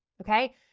okay